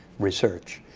research.